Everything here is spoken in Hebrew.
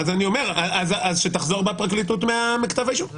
אז שתחזור בה הפרקליטות מכתב האישום.